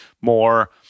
more